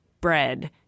bread